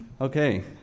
Okay